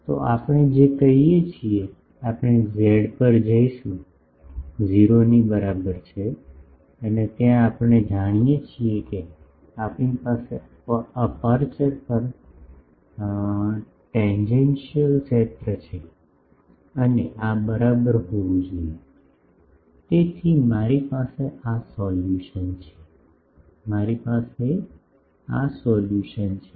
તો આપણે જે કહી શકીએ છીએ આપણે z પર જઈશું 0 ની બરાબર છે અને ત્યાં આપણે જાણીએ છીએ કે આપણી પાસે અપેરચ્યોર પર ટેજેન્ટેશનલ ક્ષેત્ર છે અને આ બરાબર હોવું જોઈએ તેથી મારી પાસે આ સોલ્યુશન છે મારી પાસે આ સોલ્યુશન છે